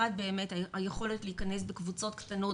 אחת באמת היכולת להכנס בקבוצות קטנות,